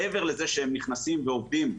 מעבר לזה שהם נכנסים ועובדים,